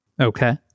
Okay